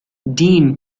dean